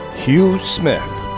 hugh smith.